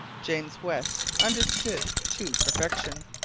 james west understood to perfection.